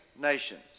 nations